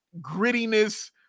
grittiness